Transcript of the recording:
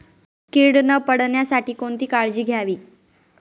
कीड न पडण्यासाठी कोणती काळजी घ्यावी?